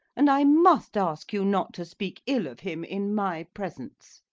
and i must ask you not to speak ill of him in my presence.